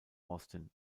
austin